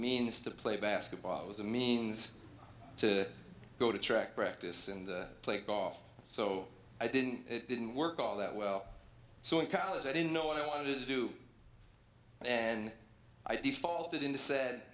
means to play basketball as a means to go to track practice and play golf so i didn't it didn't work all that well so in college i didn't know what i wanted to do and then i defaulted into said